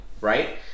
Right